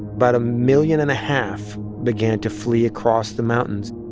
about a million and a half began to flee across the mountains,